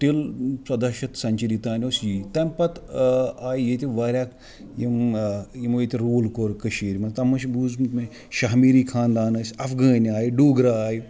till ژۄدَہ شیٚتھ century تانۍ اوس یی تَمہِ پتہٕ آیہِ ییٚتہِ واریاہ یِم یِمو ییٚتہِ روٗل کور کٔشیٖرِ منٛز تَمہِ منٛز چھُ بوٗزمُت مےٚ شَہمیٖری خانٛدان ٲسۍ اَفغٲنۍ آے ڈوٗگرٕ آے